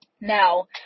Now